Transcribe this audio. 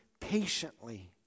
patiently